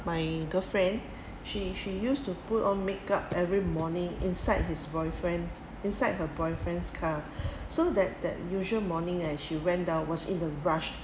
my girlfriend she she used to put on makeup every morning inside his boyfriend inside her boyfriend's car so that that usual morning and she went down was in a rush